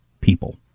people